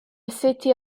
city